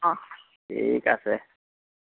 অং ঠিক আছে